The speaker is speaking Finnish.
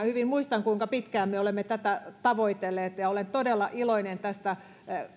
hyvin muistan kuinka pitkään me olemme tätä tavoitelleet ja olen todella iloinen tästä